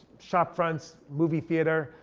shopfronts movie theater.